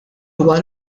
huwa